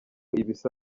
ibisa